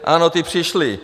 Ano, ti přišli.